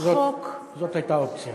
זאת הייתה אופציה.